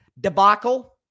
debacle